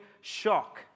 shock